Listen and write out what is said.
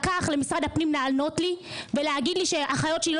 לקח למשרד הפנים לענות לי ולהגיד לי שאחיות שלי,